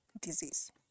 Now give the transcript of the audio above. disease